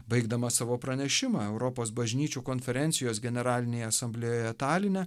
baigdamas savo pranešimą europos bažnyčių konferencijos generalinėje asamblėjoje taline